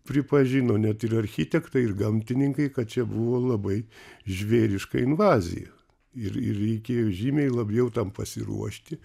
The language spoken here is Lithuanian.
pripažino net ir architektai ir gamtininkai kad čia buvo labai žvėriška invazija ir ir reikėjo žymiai labiau tam pasiruošti